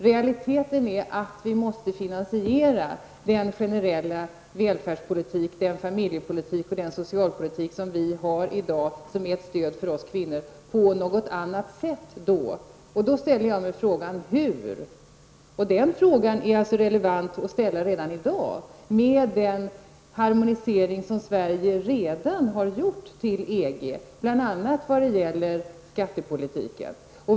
Realiteten är att vi måste finansiera den generella välfärdspolitiken, den familjepolitik och den socialpolitik som vi har i dag, som är ett stöd för oss kvinnor, på något annat sätt. Jag ställer mig frågan hur detta skall gå till. Den frågan är relevant att ställa redan i dag mot bakgrund av den harmonisering som Sverige har gjort till EG, bl.a. vad gäller skattepolitiken.